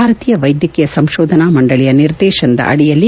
ಭಾರತೀಯ ವೈದ್ಯಕೀಯ ಸಂಶೋಧನಾ ಮಂಡಳಿಯ ನಿರ್ದೇಶನದ ಅಡಿಯಲ್ಲಿ